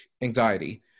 anxiety